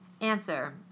Answer